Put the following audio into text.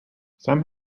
some